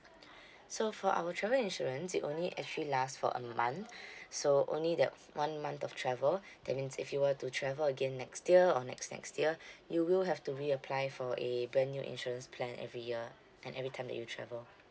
so for our travel insurance it only actually last for a month so only that one month of travel that means if you were to travel again next year or next next year you will have to reapply for a brand new insurance plan every year and every time that you travel